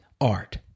art